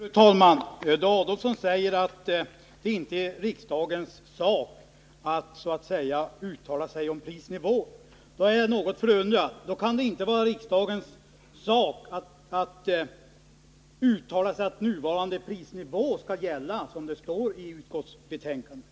Fru talman! Då Tage Adolfsson säger att det inte är riksdagens sak att uttala sig om prisnivån är jag något förundrad. Då kan det inte vara riksdagens sak att uttala att nuvarande prisnivå skall gälla, som det står i utskottsbetänkandet.